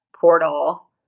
portal